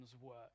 work